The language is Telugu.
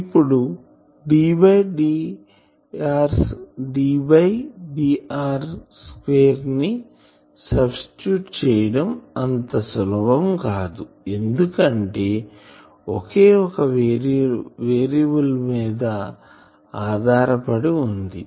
ఇప్పుడుddrr2 ని సుబ్స్టిట్యూట్ చేయడం అంత సులభం కాదు ఎందుకంటే ఒకే ఒక వేరియబుల్ పైన ఆధారపడి వుంది